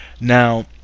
Now